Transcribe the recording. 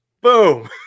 boom